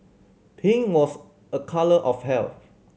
pink was a colour of health